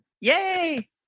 Yay